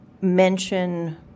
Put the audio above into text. mention